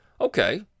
Okay